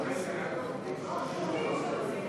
לא שומעים אותך.